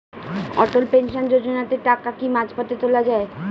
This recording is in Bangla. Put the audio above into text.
অটল পেনশন যোজনাতে টাকা কি মাঝপথে তোলা যায়?